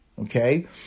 Okay